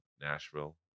Nashville